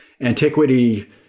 antiquity